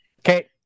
Okay